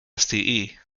ste